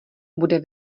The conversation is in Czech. bude